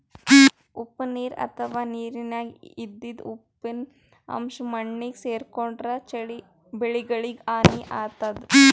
ಉಪ್ಪ್ ನೀರ್ ಅಥವಾ ನೀರಿನ್ಯಾಗ ಇದ್ದಿದ್ ಉಪ್ಪಿನ್ ಅಂಶಾ ಮಣ್ಣಾಗ್ ಸೇರ್ಕೊಂಡ್ರ್ ಬೆಳಿಗಳಿಗ್ ಹಾನಿ ಆತದ್